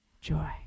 Joy